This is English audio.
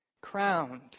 Crowned